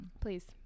please